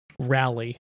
rally